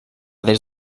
des